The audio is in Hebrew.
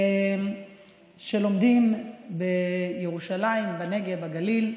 שלומדים בירושלים, בנגב, בגליל,